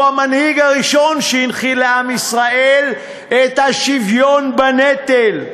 הוא המנהיג הראשון שהנחיל את לעם ישראל את השוויון בנטל.